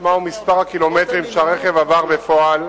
מהו מספר הקילומטרים שהרכב עבר בפועל,